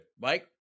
Mike